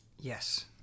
Yes